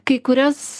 kai kurias